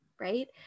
right